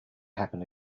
happen